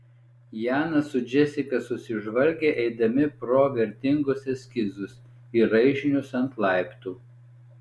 janas su džesika susižvalgė eidami pro vertingus eskizus ir raižinius ant laiptų